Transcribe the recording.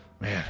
man